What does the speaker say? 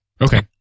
Okay